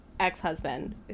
Ex-husband